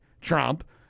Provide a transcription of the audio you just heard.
Trump